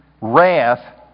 wrath